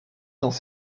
dans